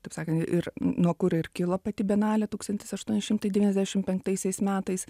taip sakant ir nuo kurio ir kilo pati bienalė tūkstantis aštuoni šimtai devyniasdešim penktaisiais metais